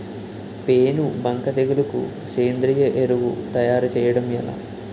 పేను బంక తెగులుకు సేంద్రీయ ఎరువు తయారు చేయడం ఎలా?